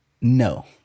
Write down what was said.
No